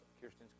Kirsten's